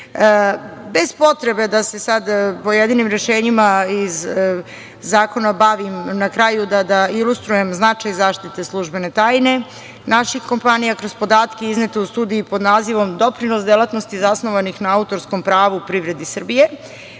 potrebe da se sada pojedinim rešenjima iz zakona bavim, na kraju da ilustrujem značaj zaštite službene tajne naših kompanija, kroz podatke iznete u studiji pod nazivom „Doprinos delatnosti zasnovanih na autorskom pravu privredi Srbije“